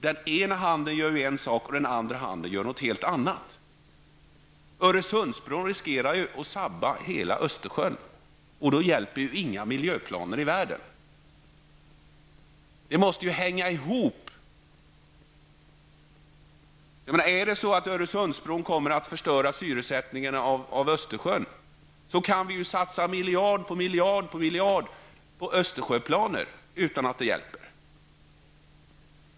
Den ena handen gör ju en sak, och den andra gör något helt annat. Öresundsbron riskerar ju att sabotera hela Östersjön, och då hjälper inga miljöplaner i världen. Saker och ting måste ju hänga ihop. Om Öresundsbron kommer att förstöra syresättningen av Östersjön kan vi satsa miljard på miljard på Östersjöplaner utan att det hjälper.